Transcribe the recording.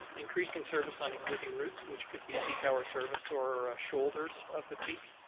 increasing service on existing routes, which could be peak hour service or shoulders of the peak.